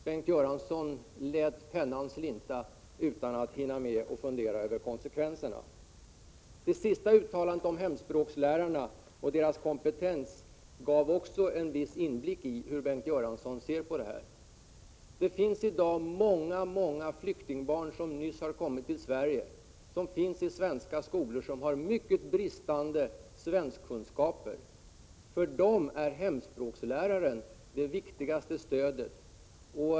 Bengt Göransson lät pennan slinta utan att hinna med att fundera över konsekvenserna. Det sista uttalandet om hemspråkslärarna och deras kompetens gav också en viss inblick i hur Bengt Göransson ser på det här. Det finns i dag väldigt många flyktingbarn som nyss har kommit till Sverige. De går i den svenska skolan och har mycket bristande kunskaper i svenska. För dessa barn är hemspråkslärarna det viktigaste stödet.